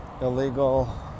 illegal